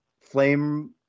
flame